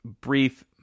brief